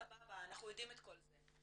סבבה, אנחנו יודעים את כל זה.